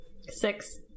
six